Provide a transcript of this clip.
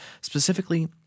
specifically